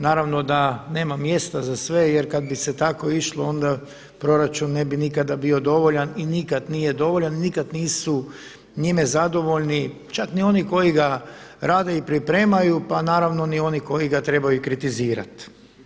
Naravno da nema mjesta za sve jer kad bi se tako išlo onda proračun ne bi nikada bio dovoljan i nikad nije dovoljan i nikad nisu njime zadovoljni čak ni oni koji ga rade i pripremaju pa naravno ni oni koji ga trebaju kritizirati.